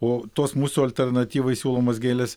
o tos mūsų alternatyvai siūlomos gėlės